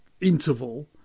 interval